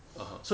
(uh huh)